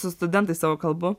su studentais savo kalbu